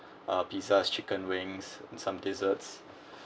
uh pieces chicken wings and some desserts